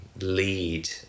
lead